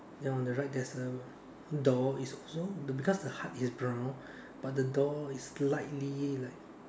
then on the right there's a door is also because the heart is brown but the door is slightly like